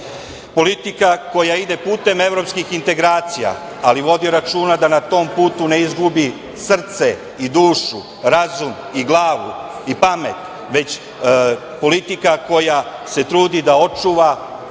politika koja ide putem evropskih integracija, ali vodi računa da na tom putu ne izgubi srce i dušu, razum, glavu i pamet, već politika koja se trudi da očuva